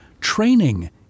training